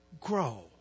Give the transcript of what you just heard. grow